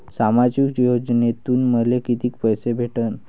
सामाजिक योजनेतून मले कितीक पैसे भेटन?